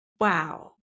Wow